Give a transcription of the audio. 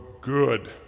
good